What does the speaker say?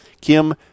Kim